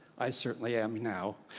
i certainly am now.